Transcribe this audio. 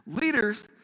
leaders